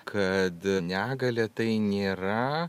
kad negalia tai nėra